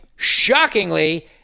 Shockingly